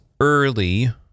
early